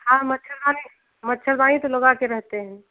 हाँ मच्छरदानी मच्छरदानी तो लगाकर रहते हैं